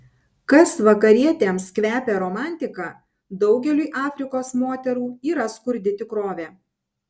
kas vakarietėms kvepia romantika daugeliui afrikos moterų yra skurdi tikrovė